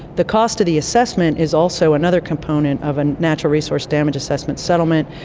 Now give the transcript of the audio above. the cost of the assessment is also another component of a natural resource damage assessment settlement,